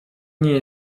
nie